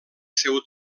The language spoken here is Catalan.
seu